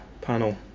panel